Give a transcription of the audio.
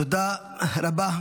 תודה רבה.